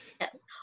Yes